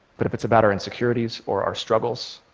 but if it's about our insecurities or our struggles,